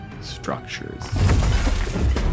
structures